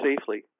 safely